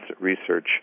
Research